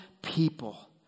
people